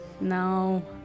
no